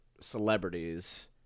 celebrities